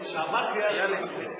שעבר קריאה שנייה בכנסת.